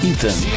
Ethan